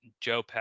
joe